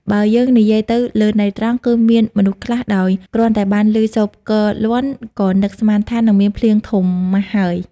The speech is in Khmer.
បើយើងនិយាយទៅលើន័យត្រង់ គឺមានមនុស្សខ្លះដោយគ្រាន់តែបានឮសូរផ្គរលាន់ ក៏នឹងស្មានថា នឹងមានភ្លៀងធំហើយ ។